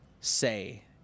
say